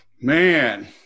Man